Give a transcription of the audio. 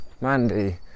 Mandy